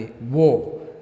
war